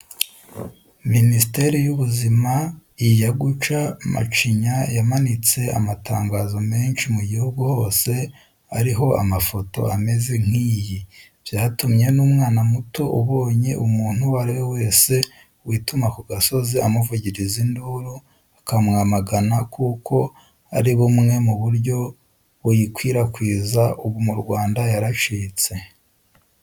Minisiteri y'Ubuzima ijya guca macinya, yamanitse amatangazo menshi mu gihugu hose ariho amafoto ameze nk'iyi; byatumye n'umwana muto ubonye umuntu uwo ariwe wese wituma ku gasozi, amuvugiriza induru, akamwamagana kuko ari bumwe mu buryo buyikwirakwiza, ubu mu Rwanda yaracitse.